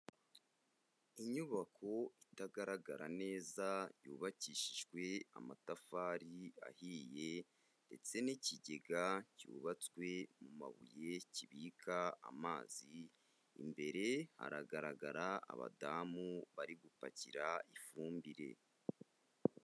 Inyubako itagaragara neza, yubakishijwe amatafari ahiye ndetse n'ikigega cyubatswe mu mabuye kibika amazi, imbere hagaragara abadamu bari gupakira ifumbire.